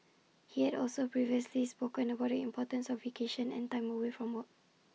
he had also previously spoken about the importance of vacation and time away from work